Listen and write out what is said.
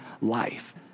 life